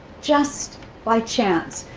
just by chance.